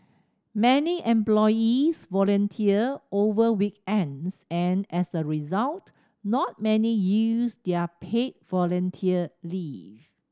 many employees volunteer over weekends and as a result not many use their paid volunteer leave